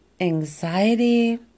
anxiety